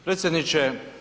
Predsjedniče.